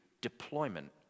deployment